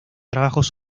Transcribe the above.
trabajos